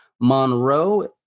Monroe